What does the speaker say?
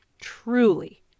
truly